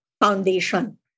foundation